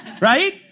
right